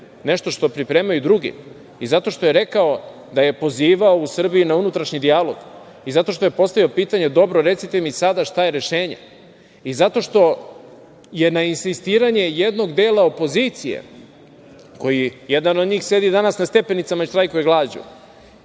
nešto što pripremaju drugi i zato što je rekao da je pozivao u Srbiji na unutrašnji dijalog i zato što je postavio pitanje – dobro, recite mi sada šta je rešenje? I zato što je na insistiranje jednog dela opozicije, koji jedan od njih sedi danas na stepenicama i štrajkuje glađu,